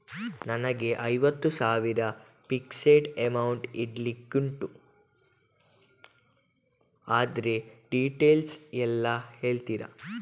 ನನಗೆ ಐವತ್ತು ಸಾವಿರ ಫಿಕ್ಸೆಡ್ ಅಮೌಂಟ್ ಇಡ್ಲಿಕ್ಕೆ ಉಂಟು ಅದ್ರ ಡೀಟೇಲ್ಸ್ ಎಲ್ಲಾ ಹೇಳ್ತೀರಾ?